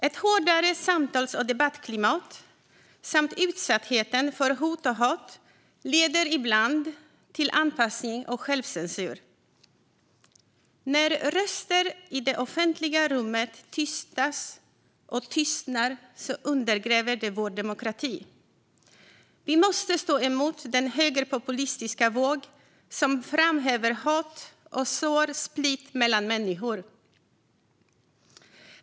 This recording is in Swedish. Ett hårdare samtals och debattklimat samt utsattheten för hot och hat leder ibland till anpassning och självcensur. När röster i det offentliga rummet tystas och tystnar undergräver det vår demokrati. Vi måste stå emot den högerpopulistiska våg som framhäver hat och sår split mellan människor.